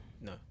No